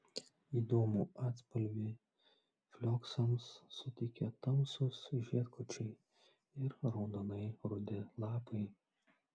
įdomų atspalvį flioksams suteikia tamsūs žiedkočiai ir raudonai rudi lapai